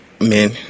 Man